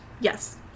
Yes